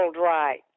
right